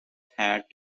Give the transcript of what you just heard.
had